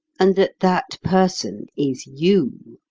and that that person is you?